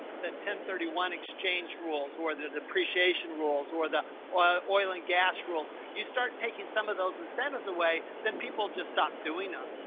the ten thirty one exchange rules or the depreciation rules or the oil and gas rules. you start taking some of those incentives away. then people just stop doing them.